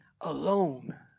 alone